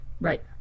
Right